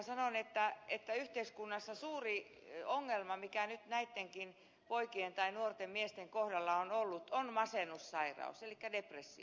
minä sanon että yhteiskunnassa suuri ongelma mikä nyt näittenkin nuorten miesten kohdalla on ollut on masennussairaus elikkä depressio